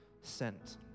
sent